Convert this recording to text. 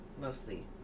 mostly